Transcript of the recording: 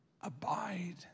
abide